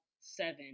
seven